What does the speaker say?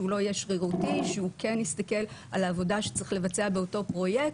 שהוא לא יהיה שרירותי וכן יסתכל על העבודה שצריך לבצע באותו פרויקט,